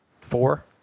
four